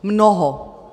Mnoho.